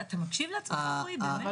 אתה מקשיב לעצמך, רועי?